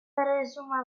erresuma